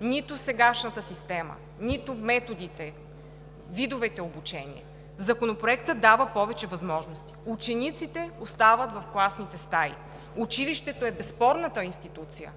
нито сегашната система, нито методите, видовете обучение. Законопроектът дава повече възможности – учениците остават в класните стаи. Училището е безспорната институция,